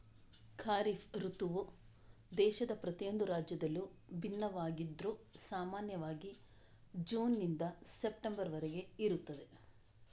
ಖಾರಿಫ್ ಋತುವು ದೇಶದ ಪ್ರತಿಯೊಂದು ರಾಜ್ಯದಲ್ಲೂ ಭಿನ್ನವಾಗಿದ್ರೂ ಸಾಮಾನ್ಯವಾಗಿ ಜೂನ್ ನಿಂದ ಸೆಪ್ಟೆಂಬರ್ ವರೆಗೆ ಇರುತ್ತದೆ